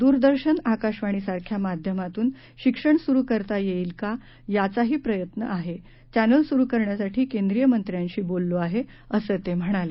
दूरदर्शन आकाशवाणीसारख्या माध्यमातून शिक्षण सुरु करता येतील का याचाही प्रयत्न आहे चेंनल सुरु करण्यासाठी केंद्रीय मंत्र्यांशी बोललो आहे असं ते म्हणाले